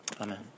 Amen